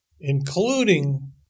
including